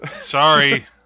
Sorry